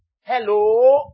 Hello